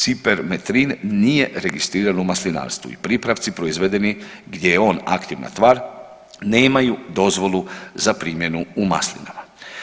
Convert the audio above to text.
Cipermetrin nije registriran u maslinarstvu i pripravci proizvedeni gdje je on aktivna tvar nemaju dozvolu za primjenu u maslinama.